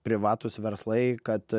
privatūs verslai kad